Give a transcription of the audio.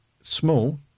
small